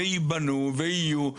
וייבנו ויהיו,